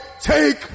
take